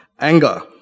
Anger